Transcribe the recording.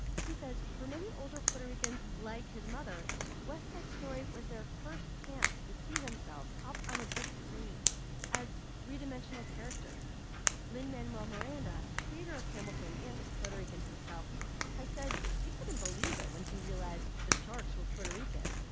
he says for many older puerto ricans like his mother westside story was their first chance to see themselves up on a big screen as three dimensional characters lin manuel miranda creator of hamilton and a puerto rican himself has said he couldn't believe it when he realized the sharks were puerto rican.